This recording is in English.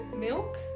milk